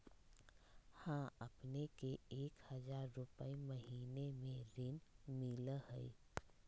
हां अपने के एक हजार रु महीने में ऋण मिलहई?